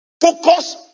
focus